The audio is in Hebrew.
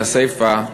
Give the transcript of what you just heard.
לסיפה,